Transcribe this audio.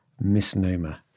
misnomer